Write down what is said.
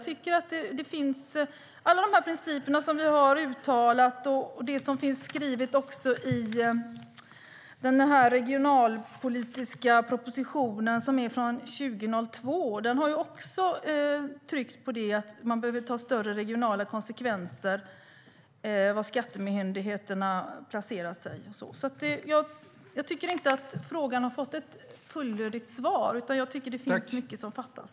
Vi har alla de principer som vi har uttalat och det som finns skrivet i den regionalpolitiska propositionen från 2002, där man tryckte på större regionala hänsyn när skattemyndigheter placeras. Jag tycker inte att frågan har fått ett fullödigt svar, utan jag tycker att det finns mycket som fattas.